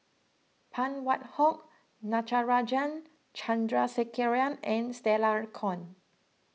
Phan Wait Hong Natarajan Chandrasekaran and Stella Kon